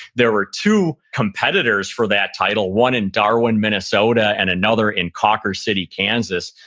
there were two competitors for that title. one in darwin, minnesota, and another in cawker city, kansas.